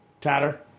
Tatter